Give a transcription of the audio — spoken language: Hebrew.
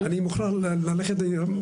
אני מוכרח ללכת היום,